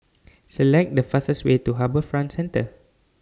Select The fastest Way to HarbourFront Centre